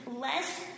less